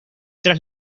tras